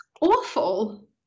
awful